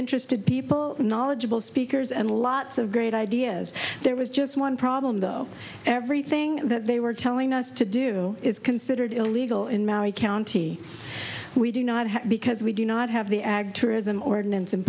interested people knowledgeable speakers and lots of great ideas there was just one problem though everything that they were telling us to do is considered illegal in maui county we do not have because we do not have the ag tourism ordinance in